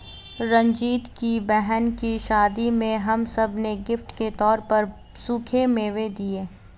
रंजीत की बहन की शादी में हम सब ने गिफ्ट के तौर पर सूखे मेवे दिए